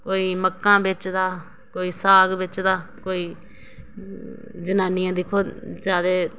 कोई मक्कां बेचदा कोई साग बेचदा कोई जनानी दिक्खो जादा